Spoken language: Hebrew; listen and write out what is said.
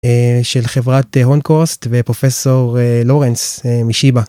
של חברת הונקורסט ופרופסור לורנס משיבא.